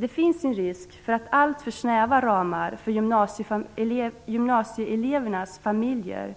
Det finns en risk för att alltför snäva ramar för gymnasieelevernas familjer